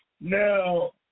Now